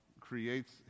creates